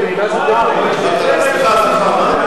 אמרתי שש פעמים.